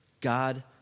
God